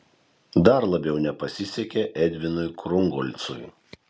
dar labiau nepasisekė edvinui krungolcui